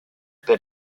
per